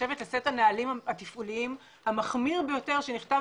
שנחשבת לסט הנהלים התפעוליים המחמירים ביותר שנכתב